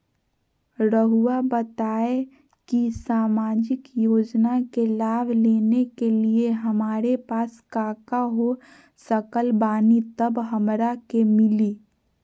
रहुआ बताएं कि सामाजिक योजना के लाभ लेने के लिए हमारे पास काका हो सकल बानी तब हमरा के मिली?